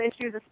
issues